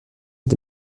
est